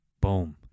boom